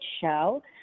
show